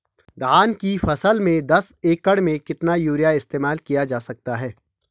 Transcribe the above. धान की फसल में दस एकड़ में कितना यूरिया इस्तेमाल किया जा सकता है?